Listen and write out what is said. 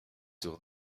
sur